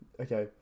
okay